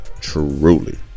truly